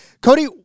Cody